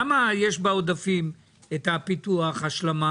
למה בעודפים יש את הפיתוח, השלמה